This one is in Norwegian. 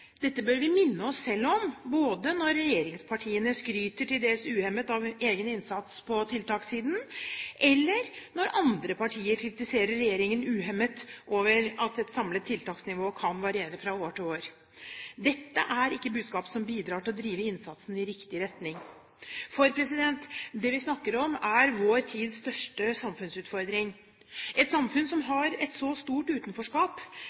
Dette bør vi minne oss selv om, både når regjeringspartiene skryter til dels uhemmet av egen innsats på tiltakssiden, eller når andre partier kritiserer regjeringen uhemmet over at et samlet tiltaksnivå kan variere fra år til år. Dette er ikke budskap som bidrar til å drive innsatsen i riktig retning. For det vi snakker om, er vår tids største samfunnsutfordring. Et samfunn som har et så stort utenforskap,